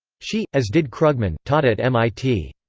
she, as did krugman, taught at mit.